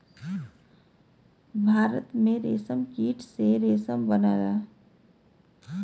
भारत में रेशमकीट से रेशम बनला